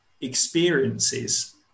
experiences